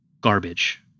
garbage